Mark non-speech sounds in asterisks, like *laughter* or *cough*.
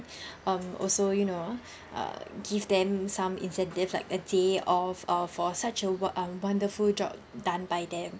*breath* um also you know uh give them some incentive like a day off uh for such a work um wonderful job done by them